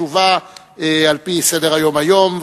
חשובה על-פי סדר-היום היום,